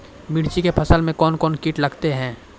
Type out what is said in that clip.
मिर्ची के फसल मे कौन कौन कीट लगते हैं?